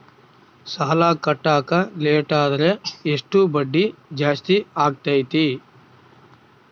ಸಾಲ ಕಟ್ಟಾಕ ಲೇಟಾದರೆ ಎಷ್ಟು ಬಡ್ಡಿ ಜಾಸ್ತಿ ಆಗ್ತೈತಿ?